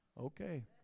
Okay